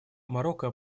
марокко